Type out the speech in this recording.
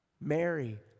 Mary